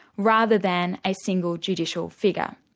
rather than a single judicial figure.